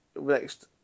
next